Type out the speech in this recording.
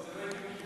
זה לא הגיוני בכלל.